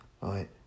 right